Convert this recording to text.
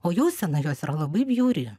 o jausena jos yra labai bjauri